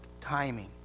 timing